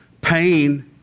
pain